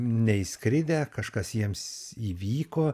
neišskridę kažkas jiems įvyko